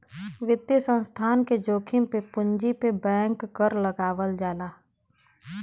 वित्तीय संस्थान के जोखिम पे पूंजी पे बैंक कर लगावल जाला